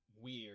Weird